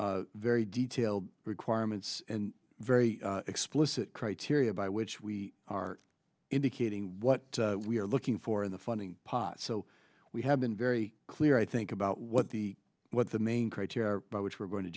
five very detailed requirements and very explicit criteria by which we are indicating what we are looking for in the funding pot so we have been very clear i think about what the what the main criteria by which we're going to